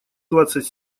двадцать